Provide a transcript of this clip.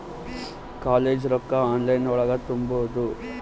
College ರೊಕ್ಕ online ಒಳಗ ತುಂಬುದು?